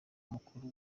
mukuru